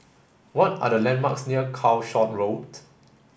what are the landmarks near Calshot Road